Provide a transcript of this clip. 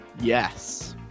yes